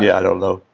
yeah i don't know.